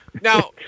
now